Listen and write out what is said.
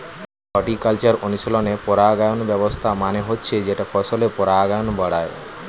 horticultural অনুশীলনে পরাগায়ন ব্যবস্থা মানে হচ্ছে যেটা ফসলের পরাগায়ন বাড়ায়